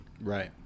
Right